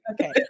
Okay